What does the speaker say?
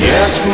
Yes